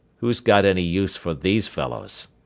who's got any use for these fellows?